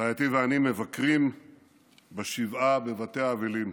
רעייתי ואני מבקרים בשבעה בבתי האבלים.